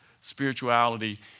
spirituality